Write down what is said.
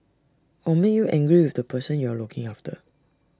or make you angry with the person you're looking after